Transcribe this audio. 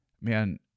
man